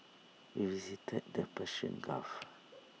we visited the Persian gulf